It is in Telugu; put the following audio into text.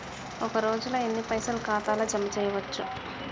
ఒక రోజుల ఎన్ని పైసల్ ఖాతా ల జమ చేయచ్చు?